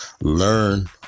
learn